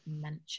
mention